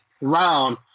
round